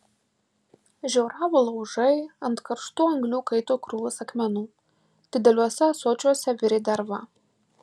žioravo laužai ant karštų anglių kaito krūvos akmenų dideliuose ąsočiuose virė derva